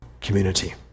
community